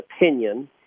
opinion